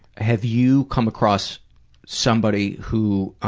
have you come across somebody who